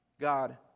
God